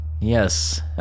Yes